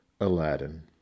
Aladdin